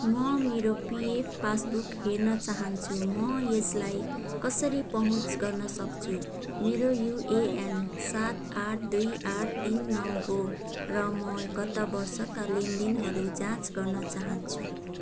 म मेरो PF passbook हेर्न चाहन्छु म यसलाई कसरी पहुँच गर्न सक्छु मेरो युएएन सात आठ दुई आठ तिन नौ हो र म गत वर्षका लेनदेनहरू जाँच गर्न चाहन्छु